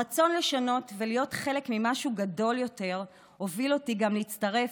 הרצון לשנות ולהיות חלק ממשהו גדול יותר הוביל אותי גם להצטרף,